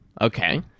Okay